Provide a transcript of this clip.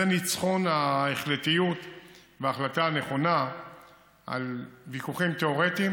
זה ניצחון ההחלטיות וההחלטה הנכונה על ויכוחים תיאורטיים.